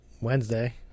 Wednesday